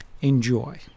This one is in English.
Enjoy